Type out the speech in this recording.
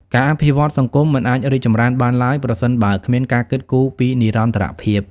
ការអភិវឌ្ឍន៍សង្គមមិនអាចរីកចម្រើនបានឡើយប្រសិនបើគ្មានការគិតគូរពីនិរន្តរភាព។